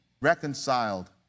reconciled